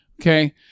Okay